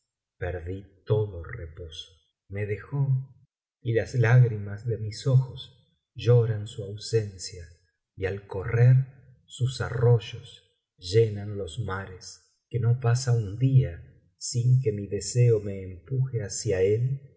visie nureddin gí me dejó y las lágrimas de mis ojos lloran su ausencia y al correr sus arroyos llenan los mares que no pasa mt día sin que mi deseo me empuje hacia él